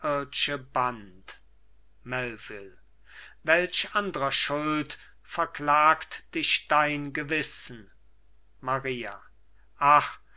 welch andrer schuld verklagt dich dein gewissen maria ach